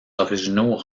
originaux